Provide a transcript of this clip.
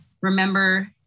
Remember